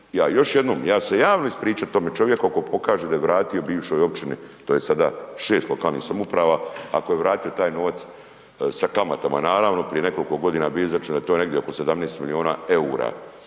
još jednom, ja ću se javno ispričati tome čovjeku ako pokaže da je vratio bivšoj općini, to je sada 6 lokalnih samouprava, ako je vratio taj novac sa kamatama naravno, prije nekoliko godina bio je izračun da je to negdje oko 17 milijuna eura